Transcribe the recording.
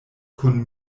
kun